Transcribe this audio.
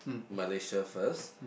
Malaysia first